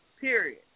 Period